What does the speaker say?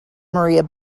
maria